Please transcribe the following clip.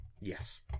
Yes